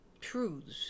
truths